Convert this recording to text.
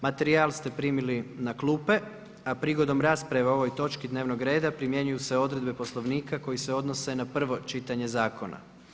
Materijal ste primili na klupe, a prigodom rasprave o ovoj točki dnevnog reda primjenjuju se odredbe Poslovnika koje se odnose na prvo čitanje zakona.